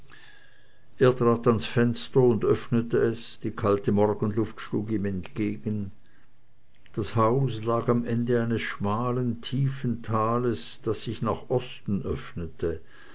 er trat ans fenster und öffnete es die kalte morgenluft schlug ihm entgegen das haus lag am ende eines schmalen tiefen tales das sich nach osten öffnete